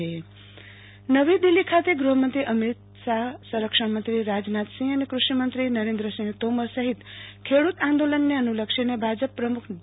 આરતી ભદ્દ નવી દિલ્ફી ખાતે ગૃફમંત્રી અમિત શાફ સંરક્ષણ મંત્રી રાજનાથસિંફ અને કૃષિમંત્રી નરેન્દ્રસિંહ તોમર સફિત ખેડૂત આંદોલનને અનુલક્ષીને ભાજપ પ્રમુખ જે